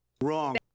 Wrong